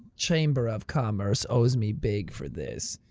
chamber of commerce owes me big for this.